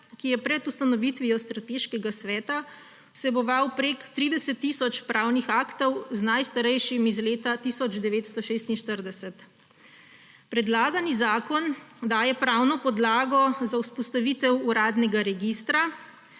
ki je pred ustanovitvijo Strateškega sveta vseboval več kot 30 tisoč pravnih aktov, z najstarejšim iz leta 1946. Predlagani zakon daje pravno podlago za vzpostavitev uradnega registra,